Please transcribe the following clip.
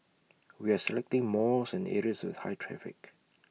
we are selecting malls and areas with high traffic